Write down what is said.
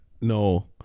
No